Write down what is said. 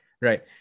right